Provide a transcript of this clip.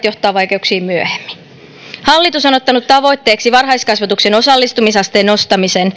johtaa vaikeuksiin myöhemmin hallitus on on ottanut tavoitteeksi varhaiskasvatuksen osallistumisasteen nostamisen